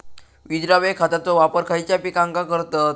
विद्राव्य खताचो वापर खयच्या पिकांका करतत?